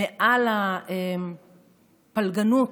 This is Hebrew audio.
מעל הפלגנות.